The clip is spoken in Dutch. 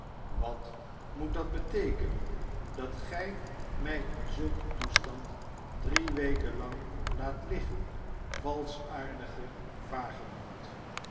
wat moet dat beteekenen dat gij mij in zulk een toestand drie weken lang laat liggen valschaardige vagebond